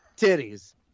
titties